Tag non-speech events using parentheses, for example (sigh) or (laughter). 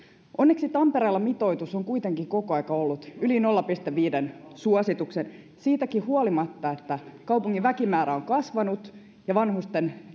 onneksi tampereella mitoitus on kuitenkin koko ajan ollut yli nolla pilkku viiden suosituksen siitäkin huolimatta että kaupungin väkimäärä on kasvanut ja vanhusten (unintelligible)